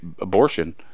abortion